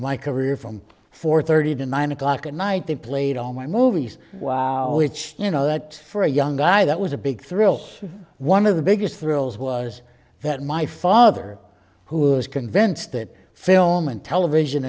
my career from four thirty to nine o'clock at night they played all my movies you know that for a young guy that was a big thrill one of the biggest thrills was that my father who was convinced that film and television